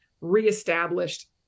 reestablished